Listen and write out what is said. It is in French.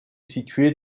située